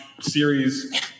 series